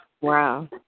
Wow